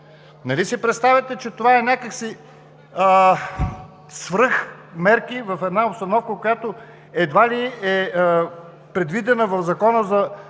Нали си представяте, че това са някак си свръхмерки в една обстановка, която едва ли е предвидена в Закона за